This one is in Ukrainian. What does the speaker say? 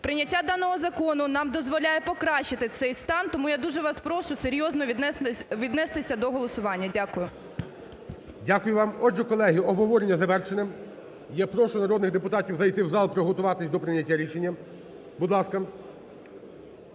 Прийняття даного закону нам дозволяє покращити цей стан. Тому я дуже вас прошу серйозно віднестись до голосування. Дякую. ГОЛОВУЮЧИЙ. Дякую вам. Отже, колеги, обговорення завершене, я прошу народних депутатів зайти в зал, приготуватись до прийняття рішення. Будь ласка,